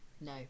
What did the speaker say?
No